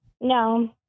No